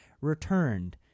returned